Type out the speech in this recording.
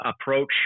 approach